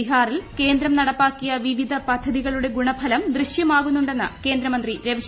ബിഹാറിൽ കേന്ദ്രം നടപ്പാക്കിയ വിവിധ പദ്ധതികളുടെ ഗുണഫലം ദൃശ്യമാകുന്നുണ്ടെന്ന് കേന്ദ്രമന്ത്രി രവിശങ്കർ പ്രസാദ്